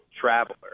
traveler